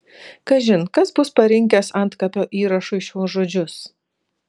kažin kas bus parinkęs antkapio įrašui šiuos žodžius